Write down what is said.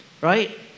right